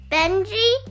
Benji